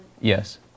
Yes